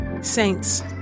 Saints